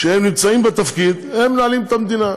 כשהם נמצאים בתפקיד הם מנהלים את המדינה,